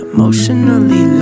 Emotionally